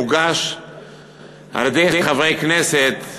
מוגש על-ידי חברי כנסת,